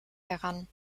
heran